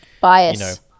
bias